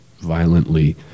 violently